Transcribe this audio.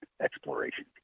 exploration